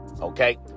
okay